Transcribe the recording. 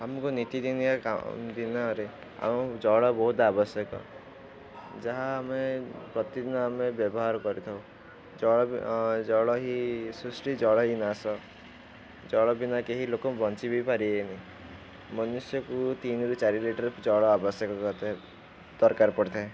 ଆମକୁ ନିତିଦିନିଆ ଦିନରେ ଆମ ଜଳ ବହୁତ ଆବଶ୍ୟକ ଯାହା ଆମେ ପ୍ରତିଦିନ ଆମେ ବ୍ୟବହାର କରିଥାଉ ଜଳ ଜଳ ହିଁ ସୃଷ୍ଟି ଜଳ ହିଁ ନାଶ ଜଳ ବିନା କେହି ଲୋକ ବଞ୍ଚିବି ପାରିବେନି ମନୁଷ୍ୟକୁ ତିନିରୁ ଚାରି ଲିଟର ଜଳ ଆବଶ୍ୟକ ଦରକାର ପଡ଼ିଥାଏ